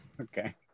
Okay